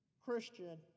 Christian